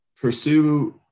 pursue